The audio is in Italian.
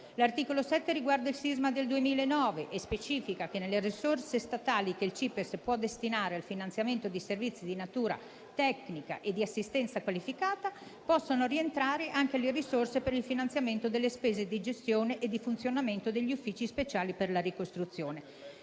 L'articolo 7 riguarda il sisma del 2009 e specifica che nelle risorse statali che il CIPESS può destinare al finanziamento di servizi di natura tecnica e di assistenza qualificata, possano rientrare anche le risorse per il finanziamento delle spese di gestione e di funzionamento degli uffici speciali per la ricostruzione.